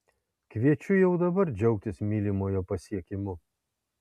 kviečiu jau dabar džiaugtis mylimojo pasiekimu